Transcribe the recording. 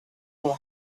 will